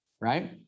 right